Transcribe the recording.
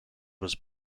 was